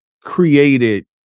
created